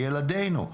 ילדינו,